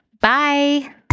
Bye